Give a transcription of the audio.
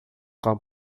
cão